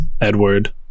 edward